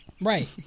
Right